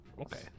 Okay